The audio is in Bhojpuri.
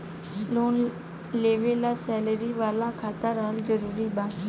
लोन लेवे ला सैलरी वाला खाता रहल जरूरी बा?